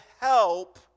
help